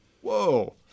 whoa